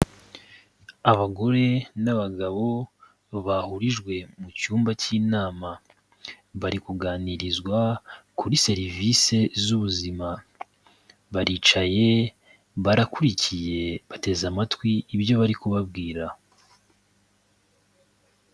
Abagore n'abagabo bahurijwe mu cyumba cy'inama, bari kuganirizwa kuri serivisi z'ubuzima, baricaye, barakurikiye bateze amatwi ibyo bari kubabwira.